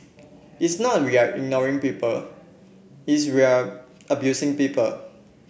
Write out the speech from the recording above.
it's not we're ignoring people it's we're abusing people